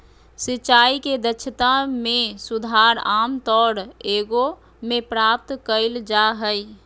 सिंचाई के दक्षता में सुधार आमतौर एगो में प्राप्त कइल जा हइ